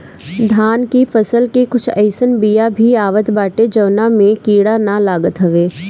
धान के फसल के कुछ अइसन बिया भी आवत बाटे जवना में कीड़ा ना लागत हवे